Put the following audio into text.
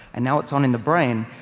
and now it's on in the brain,